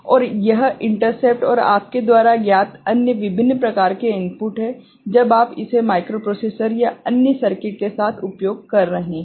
और यह इंटरप्ट और आपके द्वारा ज्ञात अन्य विभिन्न प्रकार के इनपुट हैं जब आप इसे माइक्रोप्रोसेसर या अन्य सर्किट के साथ उपयोग कर रहे हैं